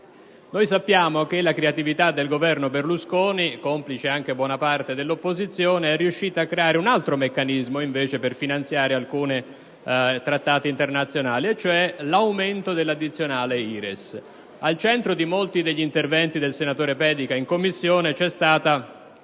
Sappiamo che la creatività del Governo Berlusconi, complice anche buona parte dell'opposizione, è riuscita a creare invece un altro meccanismo per finanziare alcuni trattati internazionali, cioè l'aumento dell'addizionale IRES. Al centro di molti degli interventi del senatore Pedica in Commissione vi è stata